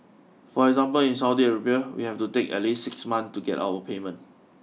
for example in Saudi Arabia we have to take at least six months to get our payment